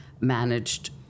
managed